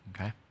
Okay